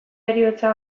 heriotza